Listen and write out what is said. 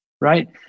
Right